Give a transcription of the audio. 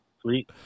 Sweet